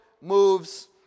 moves